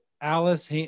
alice